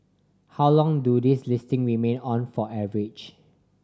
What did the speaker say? how long do these listing remain on for average